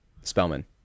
Spellman